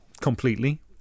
completely